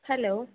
hello